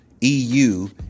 E-U